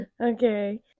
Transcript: Okay